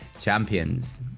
champions